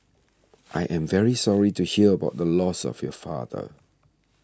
I am very sorry to hear about the loss of your father